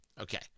Okay